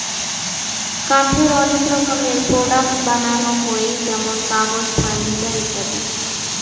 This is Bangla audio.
কাঠের অনেক রকমের প্রোডাক্টস বানানো হই যেমন কাগজ, ফার্নিচার ইত্যাদি